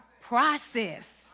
Process